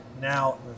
now